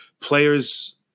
players